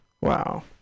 Wow